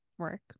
work